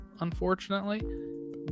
unfortunately